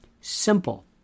Simple